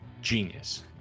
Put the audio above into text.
genius